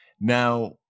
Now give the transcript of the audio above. Now